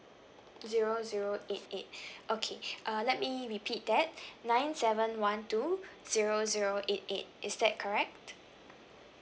zero zero eight eight okay uh let me repeat that nine seven one two zero zero eight eight is that correct